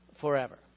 forever